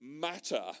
matter